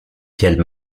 quel